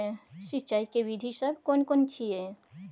सिंचाई के विधी सब केना कोन छिये?